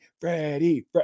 Freddie